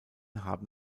haben